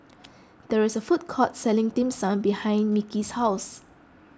there is a food court selling Dim Sum behind Micky's house